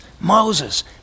moses